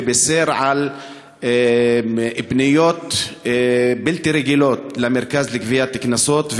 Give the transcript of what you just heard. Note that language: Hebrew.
ובישר על פניות בלתי רגילות למרכז לגביית קנסות.